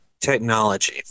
technology